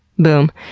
boom.